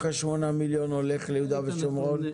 השמונה מיליון הולך ליהודה ושומרון?